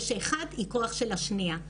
ושאחת היא הכוח של השנייה.